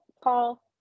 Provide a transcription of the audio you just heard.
paul